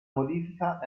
modifica